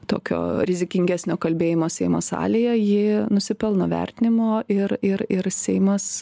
tokio rizikingesnio kalbėjimo seimo salėje ji nusipelno vertinimo ir ir ir seimas